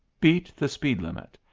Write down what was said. beat the speed limit!